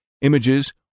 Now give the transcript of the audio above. images